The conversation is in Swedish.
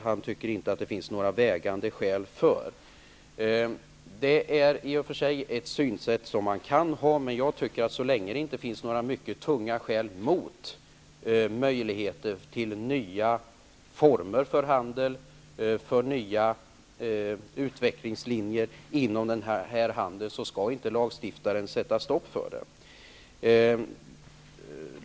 Han tycker inte att det finns några tungt vägande skäl härför. Det är i och för sig ett synsätt som man kan ha. Jag tycker att så länge det inte finns tunga skäl mot möjligheten till nya former för aktiehandel, för ny utveckling inom denna handel, skall inte lagstiftaren sätta stopp för den.